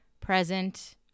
present